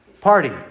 party